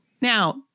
now